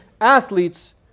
athletes